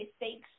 mistakes